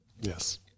Yes